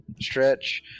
stretch